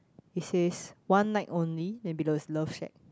he says one night only then below is love shack